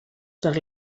per